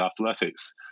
athletics